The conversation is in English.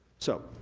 so,